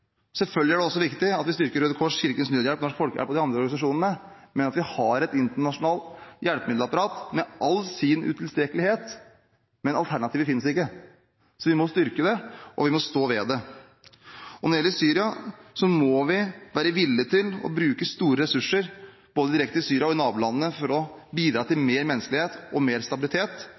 Selvfølgelig er det også viktig at vi styrker Røde Kors, Kirkens Nødhjelp, Norsk Folkehjelp og de andre organisasjonene, men det er viktig at vi har et internasjonalt hjelpemiddelapparat, med all sin utilstrekkelighet, for alternativer finnes ikke, så vi må styrke det, og vi må stå ved det. Når det gjelder Syria, må vi være villig til å bruke store ressurser både direkte til Syria og i nabolandene for å bidra til mer menneskelighet og mer stabilitet.